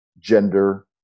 gender